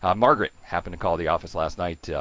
um margaret happened to call the office last night,